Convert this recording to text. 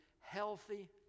Healthy